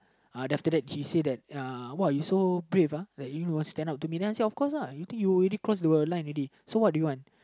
uh after that he say that uh you so brave uh that you really want to stand up to me then I say of cause uh you think already close to the line already so what do you want